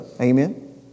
Amen